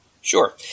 Sure